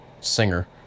singer